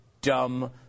dumb